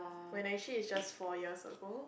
when actually it's just four years ago